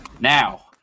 Now